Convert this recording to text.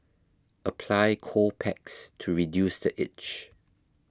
apply cold packs to reduce the itch